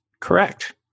Correct